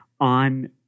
on